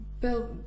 Bill